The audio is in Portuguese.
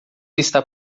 está